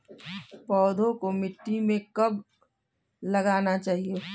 पौधों को मिट्टी में कब लगाना चाहिए?